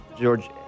George